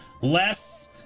less